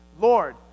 Lord